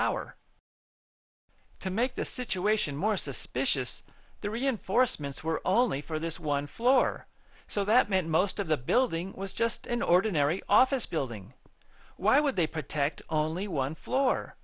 hour to make the situation more suspicious the reinforcements were only for this one floor so that meant most of the building was just an ordinary office building why would they protect only one floor